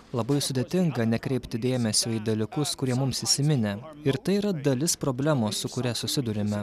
labai sudėtinga nekreipti dėmesio į dalykus kurie mums įsiminę ir tai yra dalis problemos su kuria susiduriame